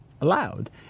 allowed